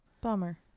Bummer